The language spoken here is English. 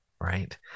Right